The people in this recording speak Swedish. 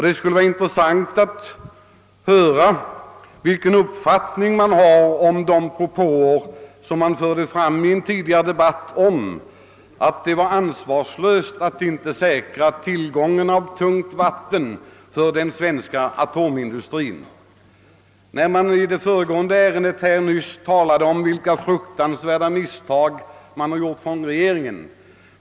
Det skulle vara intressant att höra vilken uppfattning man nu har om påståendena i en tidgare debatt om att det var ansvarslöst att inte säkra tillgången på tungt vatten för den svenska atomindustrin. I det föregående ärendet talades om de fruktansvärda misstag regeringen begått.